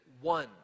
one